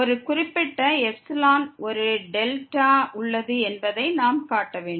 ஒரு குறிப்பிட்ட ε ஒரு δ உள்ளது என்பதை நாம் காட்ட வேண்டும்